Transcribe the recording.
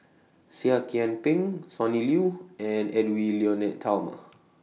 Seah Kian Peng Sonny Liew and Edwy Lyonet Talma